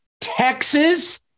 Texas